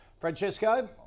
Francesco